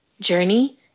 journey